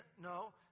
No